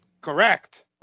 Correct